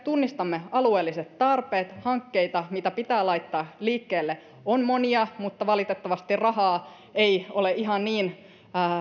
tunnistamme alueelliset tarpeet hankkeita mitä pitää laittaa liikkeelle on monia mutta valitettavasti rahaa ei ole ihan niin